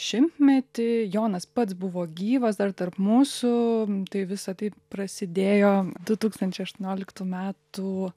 šimtmetį jonas pats buvo gyvas dar tarp mūsų tai visa tai prasidėjo du tūkstančiai aštuonioliktų metų